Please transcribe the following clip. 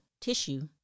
tissue